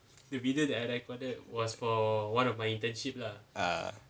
uh